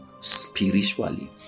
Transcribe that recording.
spiritually